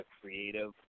creative